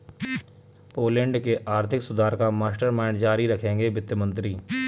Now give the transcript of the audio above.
Poland के आर्थिक सुधार का मास्टरमाइंड जारी रखेंगे वित्त मंत्री